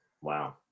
Wow